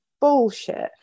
bullshit